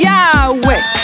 Yahweh